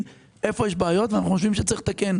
איפה יש בעיות ואנחנו חושבים שצריך לתקן.